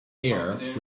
air